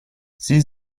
sie